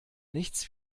nichts